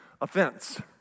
offense